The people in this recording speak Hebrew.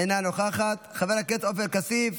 אינה נוכחת, חבר הכנסת עופר כסיף,